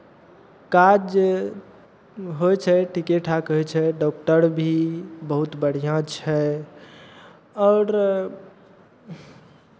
काज होइ छै ठीके ठाक होइ छै डॉक्टर भी बहुत बढ़िआँ छै आओर